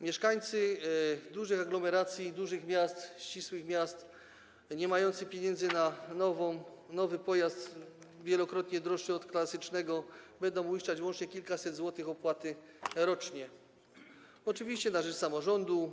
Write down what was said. Mieszkańcy dużych aglomeracji i dużych miast, ścisłych miast niemający pieniędzy na nowy pojazd, wielokrotnie droższy od klasycznego, będą uiszczać łącznie kilkaset złotych opłat rocznie, oczywiście na rzecz samorządu.